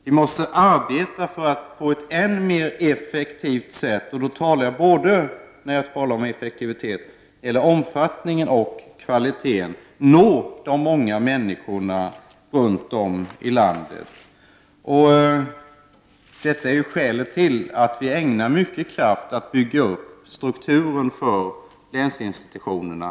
Vi måste arbeta för att på ett än mer effektivt sätt — och när jag talar om effektivitet talar jag om både omfattningen och kvaliteten — nå de många människorna runt om i landet. Det är skälet till att vi har ägnat så mycket kraft åt att bygga upp strukturen för länsinstitutionerna.